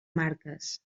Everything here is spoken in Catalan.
marques